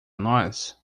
nós